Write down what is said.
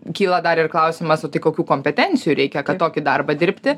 kyla dar ir klausimas o tai kokių kompetencijų reikia kad tokį darbą dirbti